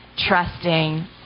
trusting